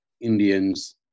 Indians